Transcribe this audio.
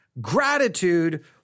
Gratitude